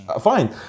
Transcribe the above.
fine